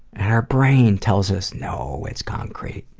our brain tells us no, it's concrete.